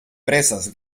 presas